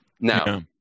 Now